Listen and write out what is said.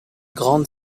grandes